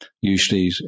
usually